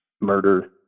murder